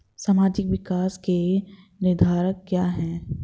सामाजिक विकास के निर्धारक क्या है?